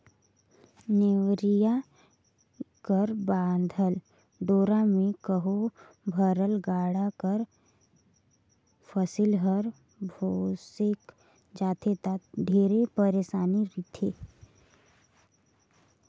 नेवरिया कर बाधल डोरा मे कहो भरल गाड़ा कर फसिल हर भोसेक जाथे ता ढेरे पइरसानी रिथे